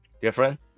different